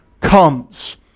comes